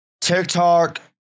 TikTok